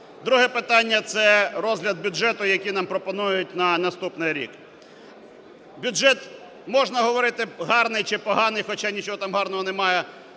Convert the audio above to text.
Друге питання – це розгляд бюджету, який нам пропонують на наступний рік. Бюджет, можна говорити, гарний чи поганий, хоча нічого гарного там